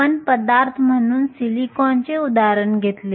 आपण पदार्थ म्हणून सिलिकॉनचे उदाहरण घेतले